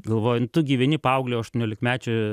galvoji tu gyveni paauglio aštuoniolikmečio